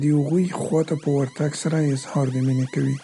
د هغوی خواته په ورتګ سره اظهار د مینې کوي.